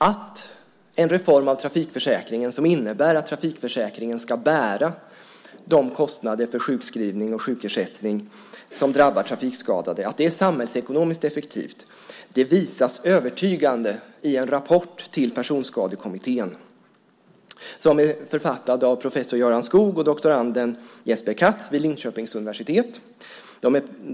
Att en reform av trafikförsäkringen som innebär att den ska bära de kostnader för sjukskrivning och sjukersättning som drabbar trafikskadade är samhällsekonomiskt effektiv visas övertygande i en rapport till Personskadekommittén som är författad av professor Göran Skogh och doktoranden Jesper Katz vid Linköpings universitet.